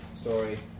story